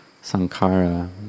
sankara